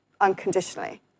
unconditionally